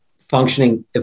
functioning